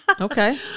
Okay